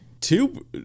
two